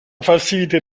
facilité